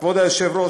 כבוד היושב-ראש,